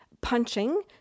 punching